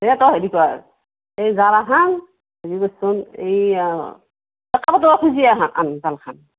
এই তই হেৰি কৰ এই জাল এখন হেৰি কৰচোন এই খুজি আহ আন জালখন